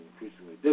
increasingly